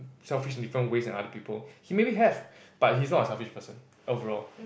selfish different ways than other people he maybe have but he's not a selfish person overall